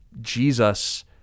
Jesus